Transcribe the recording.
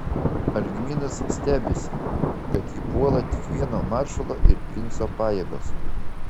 algminas stebisi kad jį puola tik vieno maršalo ir princo pajėgos